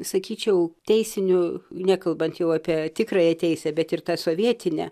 sakyčiau teisinių nekalbant jau apie tikrąją teisę bet ir tą sovietinę